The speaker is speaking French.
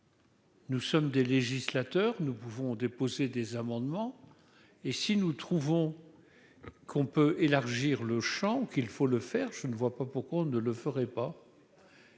Nous sommes des législateurs, nous pouvons déposer des amendements et si nous trouvons qu'on peut élargir le Champ qu'il faut le faire, je ne vois pas pourquoi on ne le ferait pas.